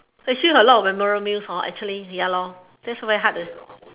actually not a lot of memorable meals actually ya lah that's very hard eh